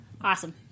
Awesome